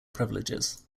privileges